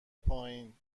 پایین